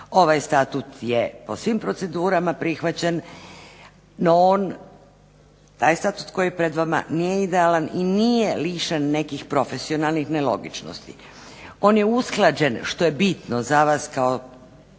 ovaj Statut je po svim procedurama prihvaćen no on, taj Statut koji je pred vama nije idealan i nije lišen nekih profesionalnih nelogičnosti. On je usklađen, što je bitno za vas kao one